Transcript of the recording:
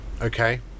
Okay